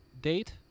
date